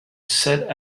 set